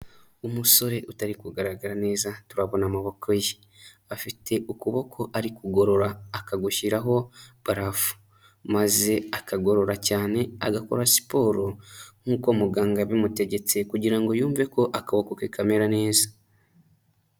Umusore utari kugaragara neza turabona amaboko ye, afite ukuboko ari kugorora akagushyiraho barafu, maze akagorora cyane agakora siporo nk'uko muganga yabimutegetse kugira ngo yumve ko akaboko ke kamera neza.